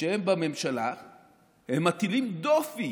כשהם בממשלה הם מטילים דופי